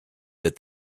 that